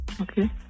Okay